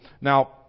Now